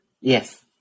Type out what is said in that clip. Yes